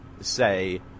say